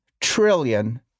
trillion